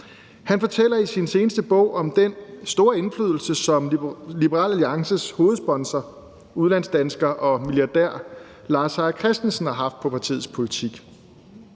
Han fortæller i sin seneste bog om den store indflydelse, som Liberal Alliances hovedsponsor, udlandsdansker og milliardær Lars Seier Christensen, har haft på partiets politik.